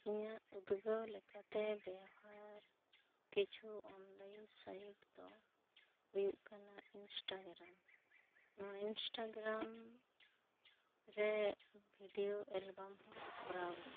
ᱤᱧᱟ ᱜ ᱩᱫᱽᱜᱟᱹᱣ ᱞᱮᱠᱟᱛᱮ ᱵᱮᱣᱦᱟᱨ ᱠᱤᱪᱷᱩ ᱚᱱᱞᱟᱭᱤᱱ ᱥᱟᱭᱤᱰ ᱫᱚ ᱦᱩᱭᱩᱜ ᱠᱟᱱᱟ ᱤᱱᱥᱴᱟᱜᱨᱟᱢ ᱱᱚᱣᱟ ᱤᱱᱥᱴᱟᱜᱨᱟᱢ ᱨᱮ ᱵᱷᱤᱰᱤᱭᱳ ᱮᱞᱵᱟᱢ ᱦᱚᱸ ᱠᱚᱨᱟᱣ ᱜᱟᱱᱚᱜᱼᱟ